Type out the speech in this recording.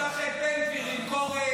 נשלח את בן גביר למכור,